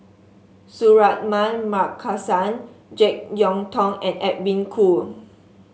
Suratman Markasan JeK Yeun Thong and Edwin Koo